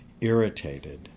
irritated